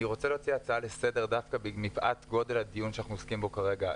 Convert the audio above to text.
אני רוצה להציע הצעה לסדר דווקא מפאת גודל הדיון שאנחנו עוסקים בו כרגע.